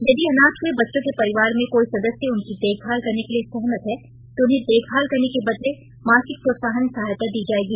यदि अनाथ हुए बच्चों के परिवार में कोई सदस्य उनकी देखभाल करने के लिए सहमत है तो उन्हें देखभाल करने के बदले मासिक प्रोत्साहन सहायता दी जाएगी